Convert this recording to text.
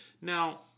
Now